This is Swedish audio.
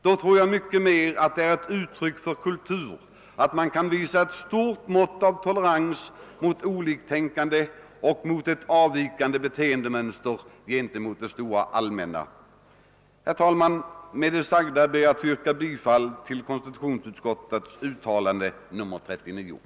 Då tror jag snarare att det är ett uttryck för kultur att man kan visa ett stort mått av tolerans mot oliktänkande och mot ett i förhållande till det stora flertalet avvikande beteendemönster. Herr talman! Med det sagda ber jag att få yrka bifall till konstitutionsutskottets förslag.